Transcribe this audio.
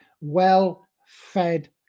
well-fed